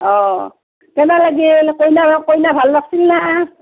অঁ কেনে লাগিল কইনাক কইনাক ভাল লাগছিল না